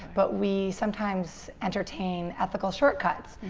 but we sometimes entertain ethical shortcuts,